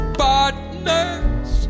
partners